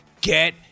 Get